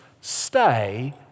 stay